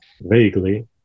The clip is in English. vaguely